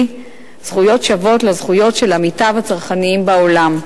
זכויות שוות לזכויות של עמיתיו הצרכנים בעולם.